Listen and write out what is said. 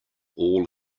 all